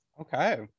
Okay